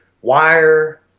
Wire